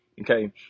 Okay